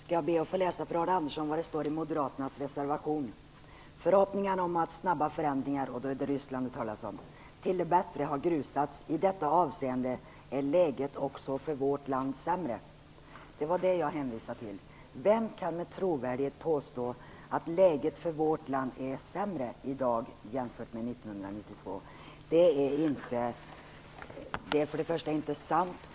Herr talman! Jag skall be att få läsa för Arne Andersson vad det står i moderaternas reservation: "Förhoppningarna om snabba förändringar till det bättre har grusats. I detta avseende är läget också för vårt land sämre." Det är alltså Ryssland det talas om. Det var det jag hänvisade till. Vem kan med trovärdighet påstå att läget för vårt land är sämre i dag än 1992? Det är för det första inte sant.